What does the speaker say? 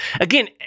Again